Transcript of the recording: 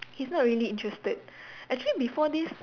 he's not really interested actually before this